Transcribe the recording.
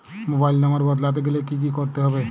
Mobile number বদলাতে গেলে কি করতে হবে?